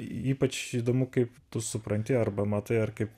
ypač įdomu kaip tu supranti arba matai ar kaip